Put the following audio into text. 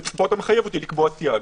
פה אתה מחייב אותי לקבוע סייג.